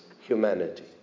humanity